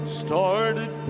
started